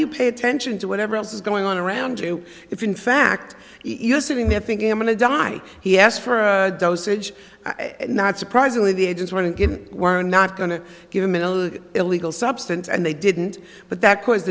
you pay attention to whatever else is going on around you if in fact you're sitting there thinking i'm going to die he asked for a dosage not surprisingly the agents want to get it we're not going to give him an illegal substance and they didn't but that cause